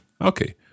Okay